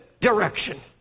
direction